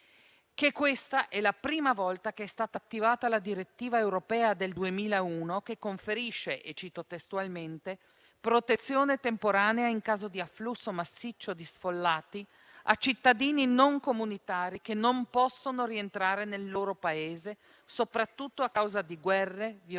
che questa è la prima volta che è stata attivata la direttiva europea del 2001 che conferisce, cito testualmente: «protezione temporanea in caso di afflusso massiccio di sfollati a cittadini non comunitari che non possono rientrare nel loro Paese, soprattutto a causa di guerre, violenze